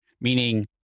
meaning